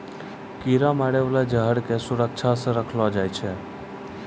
कीरा मारै बाला जहर क सुरक्षा सँ रखलो जाय छै